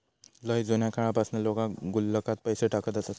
लय जुन्या काळापासना लोका गुल्लकात पैसे टाकत हत